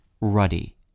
ruddy